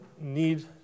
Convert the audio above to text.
need